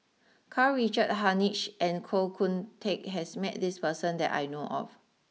Karl Richard Hanitsch and Koh Kun Teck has met this person that I know of